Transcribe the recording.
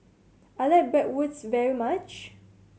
I like Bratwurst very much